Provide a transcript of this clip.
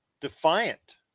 Defiant